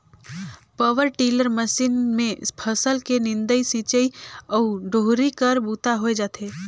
power tiller machine मे फसल के निंदई, सिंचई अउ डोहरी कर बूता होए जाथे